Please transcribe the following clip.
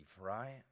right